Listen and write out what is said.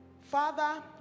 father